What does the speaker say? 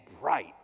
bright